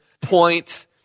point